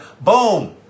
boom